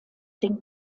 den